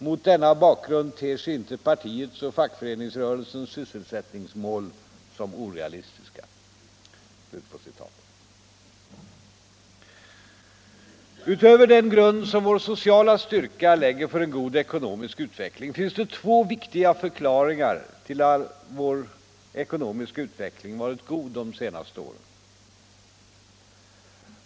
Mot denna bakgrund ter sig inte partiets och fackföreningsrörelsens sysselsättningsmål orealistiska.” Utöver den grund som vår sociala styrka lägger för en god ekonomisk utveckling finns det två viktiga förklaringar till att vår ekonomiska utveckling varit god de senaste åren.